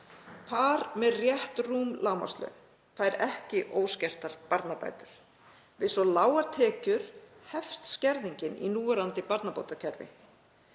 Par með rétt rúm lágmarkslaun fær ekki óskertar barnabætur því við svo lágar tekjur hefst skerðingin í núverandi barnabótakerfi.